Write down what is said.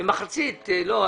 וחצי מהם לא.